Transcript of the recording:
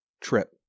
trip